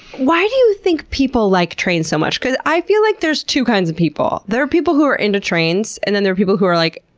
why do you think people like trains so much? i feel like there's two kinds of people. there are people who are into trains and then there are people who are like,